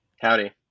Howdy